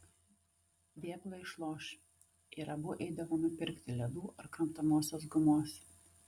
vėpla išloš ir abu eidavome pirkti ledų arba kramtomosios gumos